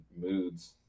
moods